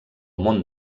món